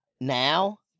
Now